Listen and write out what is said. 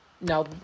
Now